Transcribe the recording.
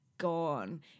gone